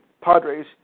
Padres